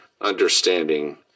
understanding